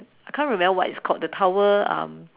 I can't remember what it's called the tower um